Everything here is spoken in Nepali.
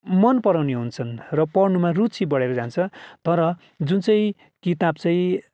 मनपराउने हुन्छन् र पढ्नुमा रुचि बढेर जान्छ तर जुन चाहिँ किताब चाहिँ